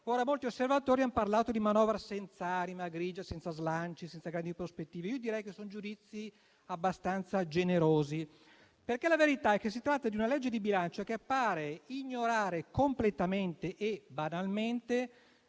Molti osservatori hanno parlato di manovra senza anima, grigia, senza slanci, senza grandi prospettive. Io direi che sono giudizi abbastanza generosi. La verità è che si tratta di una legge di bilancio che appare ignorare completamente e banalmente